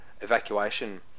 evacuation